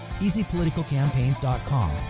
easypoliticalcampaigns.com